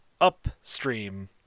upstream